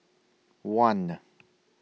one